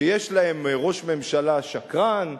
שיש להם ראש ממשלה שקרן,